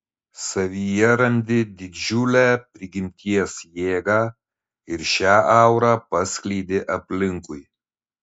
savyje randi didžiulę prigimties jėgą ir šią aurą paskleidi aplinkui